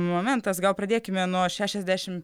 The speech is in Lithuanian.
momentas gal pradėkime nuo šešiasdešim